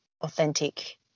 authentic